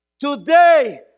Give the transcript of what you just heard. Today